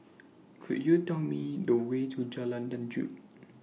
Could YOU Tell Me The Way to Jalan Lanjut